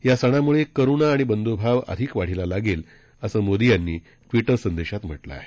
या सणामुळं करुणा आणि बंधुभाव अधिक वाढीला लागेल असं मोदी यांनी ट्विटर संदेशात म्हटलं आहे